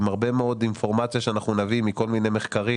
עם הרבה מאוד אינפורמציה שאנחנו נביא מכל מיני מחקרים.